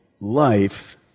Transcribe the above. life